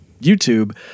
YouTube